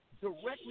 directly